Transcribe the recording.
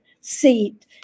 seat